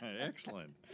Excellent